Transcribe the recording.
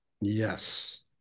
Yes